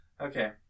okay